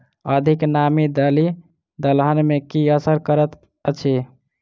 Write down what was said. अधिक नामी दालि दलहन मे की असर करैत अछि?